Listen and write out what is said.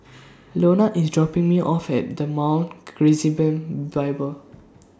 Lonna IS dropping Me off At The Mount Gerizim Bible